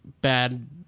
bad